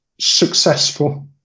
successful